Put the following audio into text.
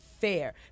fair